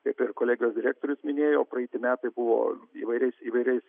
kaip ir kolegijos direktorius minėjo praeiti metai buvo įvairiais įvairiais